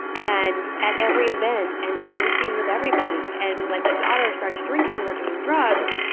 and at every event and sleeping with everybody. and when the daughter starts drinking or doing drugs,